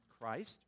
Christ